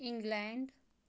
England